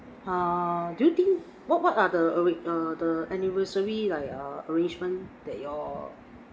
uh do you think what what are the the arrange~ err the anniversary like err arrangement that your